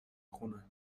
خونه